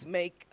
make